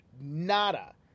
Nada